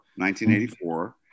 1984